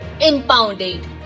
impounded